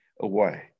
away